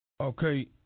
Okay